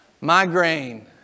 Migraine